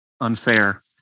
unfair